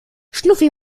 schnuffi